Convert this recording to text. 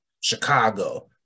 Chicago